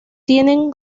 tienen